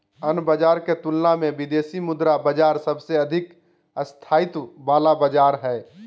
अन्य बाजार के तुलना मे विदेशी मुद्रा बाजार सबसे अधिक स्थायित्व वाला बाजार हय